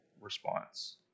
response